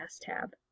tab